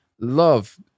Love